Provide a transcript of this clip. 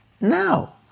now